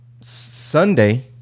Sunday